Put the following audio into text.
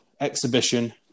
exhibition